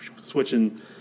switching